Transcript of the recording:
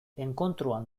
enkontruan